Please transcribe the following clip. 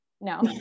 no